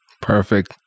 Perfect